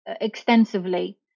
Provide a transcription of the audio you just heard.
extensively